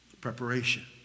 preparation